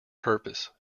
purpose